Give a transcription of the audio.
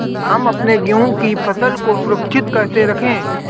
हम अपने गेहूँ की फसल को सुरक्षित कैसे रखें?